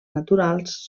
naturals